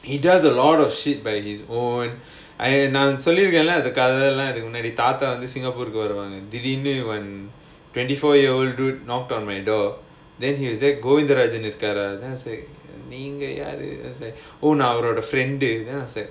he does a lot of shit by his own !aiyo! நான் சொல்லிருக்கேன்ல தாத்தா:naan sollirukkaenla thatha twenty four year old dude knocked down ஏதோ:edho then he will say govindarajan இருக்காரா நீங்க யாரு நான் அவரோட:irukkaaraa neenga yaaru naan avaroda then I was like